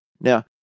Now